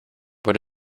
what